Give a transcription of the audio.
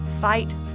fight